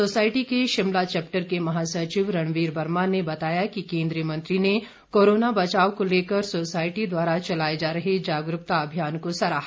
society के Shimla chapter के महासचिव रणवीर वर्मा ने बताया कि केन्द्रीय मंत्री ने कोरोना बचाव को लेकर सोसायटी द्वारा चलाए जा रहे जागरूकता अभियान को सराहा